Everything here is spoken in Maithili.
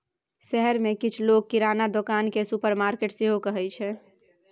शहर मे किछ लोक किराना दोकान केँ सुपरमार्केट सेहो कहै छै